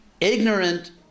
ignorant